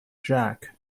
jack